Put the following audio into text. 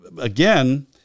Again